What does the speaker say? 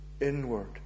inward